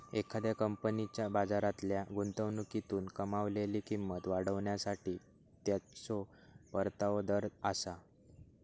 एखाद्या कंपनीच्या बाजारातल्या गुंतवणुकीतून कमावलेली किंमत वाढवण्यासाठी त्याचो परतावा दर आसा